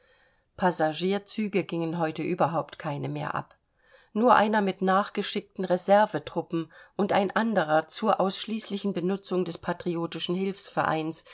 passagierzüge gingen heute überhaupt keine mehr ab nur einer mit nachgeschickten reservetruppen und ein anderer zur ausschließlichen benutzung des patriotischen hilfsvereins